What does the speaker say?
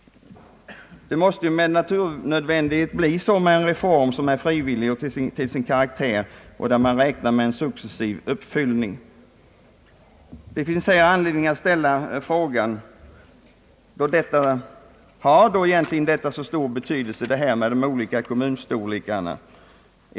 Det måste med naturnödvändighet bli så när en reform är frivillig till sin karaktär och man räknar med en successiv uppföljning. Det finns också anledning att fråga om olikheter beträffande kommunstorlek egentligen har så stor negativ betydelse.